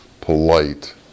polite